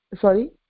sorry